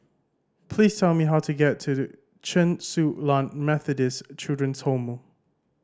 please tell me how to get to Chen Su Lan Methodist Children's Home